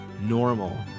normal